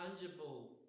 tangible